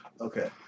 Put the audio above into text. Okay